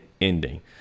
ending